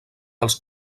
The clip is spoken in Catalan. els